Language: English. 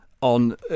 on